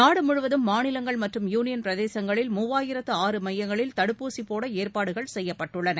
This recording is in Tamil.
நாடு முழுவதும் மாநிலங்கள் மற்றும் யூனியன் பிரதேசங்களில் மூவாயிரத்து ஆறு மையங்களில் தடுப்பூசி போட ஏற்பாடுகள் செய்யப்பட்டுள்ளன